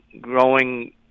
growing